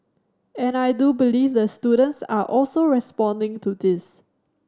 and I do believe the students are also responding to this